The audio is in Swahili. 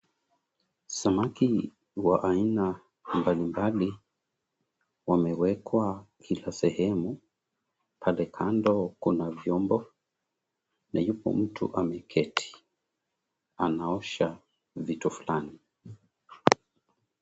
Samaki wa aina mbali mbali wamewekwa kila sehemu. Pale kando kuna vyombo na yupo mtu ameketi anaosha vitu fulani.